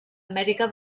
amèrica